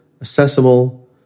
accessible